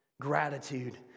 gratitude